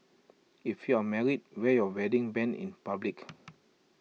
if you're married wear your wedding Band in public